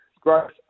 growth